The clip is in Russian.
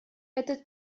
этот